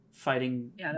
fighting